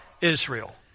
Israel